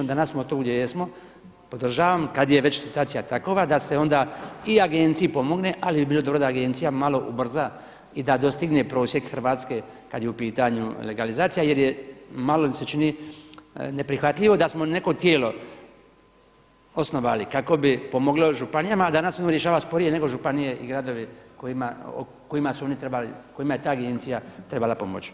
Danas smo tu gdje jesmo, podržavam kada je već situacija takova da se onda i agenciji pomogne ali bi bilo dobro da agencija malo ubrza i da dostigne prosjek Hrvatske kada je u pitanju legalizacija jer je, malo mi se čini neprihvatljivo da smo neko tijelo osnovali kako bi pomoglo županijama a danas ono rješava sporije nego županije i gradovi kojima su oni trebali, kojima je ta agencija trebala pomoći.